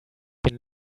been